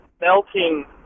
melting